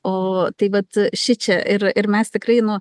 o tai vat šičia ir ir mes tikrai nu